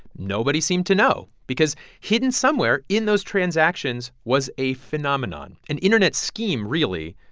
nobody seemed to know because hidden somewhere in those transactions was a phenomenon, an internet scheme, really,